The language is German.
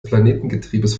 planetengetriebes